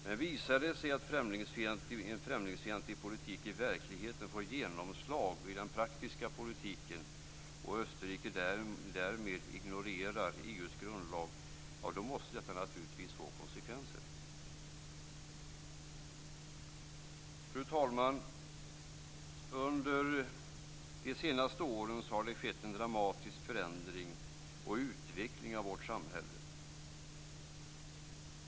Men visar det sig att en främlingsfientlig politik i verkligheten får genomslag i den praktiska politiken, och att Österrike därmed ignorerar EU:s grundlag, då måste detta naturligtvis få konsekvenser. Fru talman! Under de senaste åren har det skett en dramatisk förändring och utveckling av vårt samhälle.